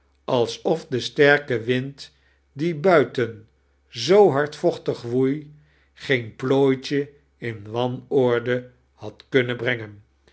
alsof de sterke wind die buiten zoo hardivochtig woei geen plooitje in wanoinde had kunnen brengen